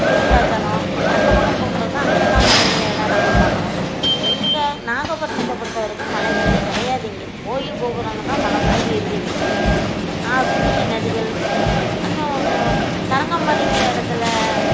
விருத்தாச்சலம் இப்படி அந்த பக்கம் போகும்போது தான் அங்கே தான் மலைகளையெல்லாம் நாங்கள் பார்க்கறோம் எங்க நாகபட்டினத்தை பொறுத்தவரைக்கும் மலைகளே கிடையாது இங்கே கோயில் கோபுரங்கள் தான் மலை மாதிரி இருக்குது புண்ணிய நதிகள் இன்னும் கொஞ்சம் தரங்கம்பாடிங்கிற இடத்துல